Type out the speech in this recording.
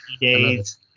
days